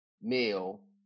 male